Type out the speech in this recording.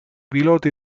piloti